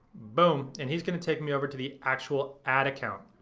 boom, and he's gonna take me over to the actual ad account.